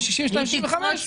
מגיל 62 עד גיל 65,